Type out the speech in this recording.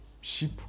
sheep